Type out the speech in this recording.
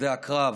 בשדה הקרב: